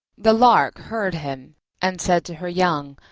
the lark heard him and said to her young,